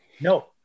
No